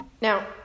Now